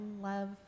love